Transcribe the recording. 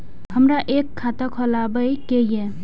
हमरा एक खाता खोलाबई के ये?